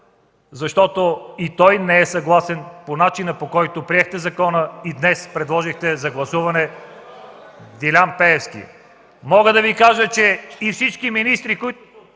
защото и той не е съгласен по начина, по който приехте закона и днес предложихте за гласуване Делян Пеевски. Мога да Ви кажа, че и всички министри...